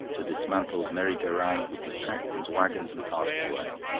the dismantled merry-go-round would be packed into waggons and carted away.